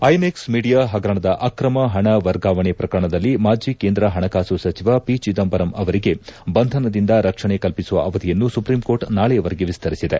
INX media ಹಗರಣದ ಅಕ್ರಮ ಹಣ ವರ್ಗಾವಣೆ ಶ್ರಕರಣದಲ್ಲಿ ಮಾಜಿ ಕೇಂದ್ರ ಹಣಕಾಸು ಸಚಿವ ಪಿ ಚಿದಂಬರಂ ಅವರಿಗೆ ಬಂಧನದಿಂದ ರಕ್ಷಣೆ ಕಲ್ಪಿಸುವ ಅವಧಿಯನ್ನು ಸುಪ್ರೀಂಕೋರ್ಟ್ ನಾಳೆಯವರೆಗೆ ವಿಸ್ತರಿಸಿದೆ